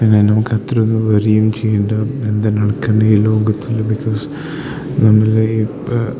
പിന്നെ നമുക്ക് അത്രയൊന്നും വറിയും ചെയ്യണ്ട എന്താ നടക്കണത് ഈ ലോകത്തുള്ള ബിക്കോസ് നമ്മൾ ഇപ്പം